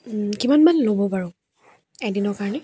কিমানমান ল'ব বাৰু এদিনৰ কাৰণে